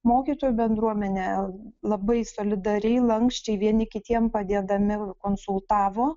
mokytojų bendruomenė labai solidariai lanksčiai vieni kitiem padėdami konsultavo